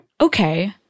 Okay